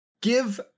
give